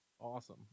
Awesome